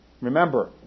Remember